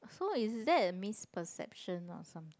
so is that a misperception or something